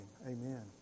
Amen